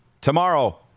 Tomorrow